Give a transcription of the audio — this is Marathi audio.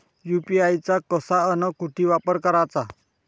यू.पी.आय चा कसा अन कुटी वापर कराचा?